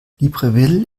libreville